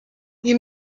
you